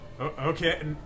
okay